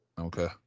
Okay